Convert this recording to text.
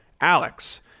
Alex